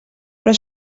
però